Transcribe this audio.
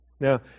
Now